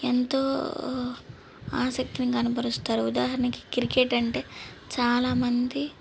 ఎంతో ఆసక్తిని కనబరుస్తారు ఉదాహరణకి క్రికెట్ అంటే చాలా మంది